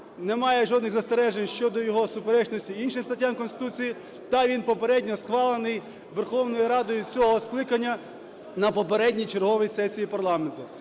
немає жодних застережень щодо його суперечності іншим статтям Конституції та він попередньо схвалений Верховною Радою цього скликання на попередній черговій сесії парламенту.